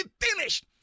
finished